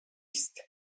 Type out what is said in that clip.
است